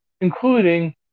including